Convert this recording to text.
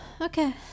okay